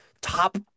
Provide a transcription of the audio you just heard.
top